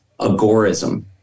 agorism